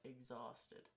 exhausted